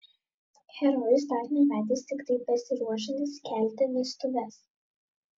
herojus dar nevedęs tiktai besiruošiantis kelti vestuves